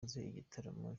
igitaramo